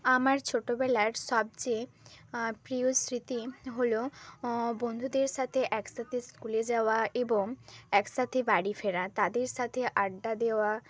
আমার ছোটোবেলার সবচেয়ে প্রিয় স্মৃতি হলো ও বন্ধুদের সাথে একসাথে স্কুলে যাওয়া এবং একসাথে বাড়ি ফেরা তাদের সাথে আড্ডা দেওয়া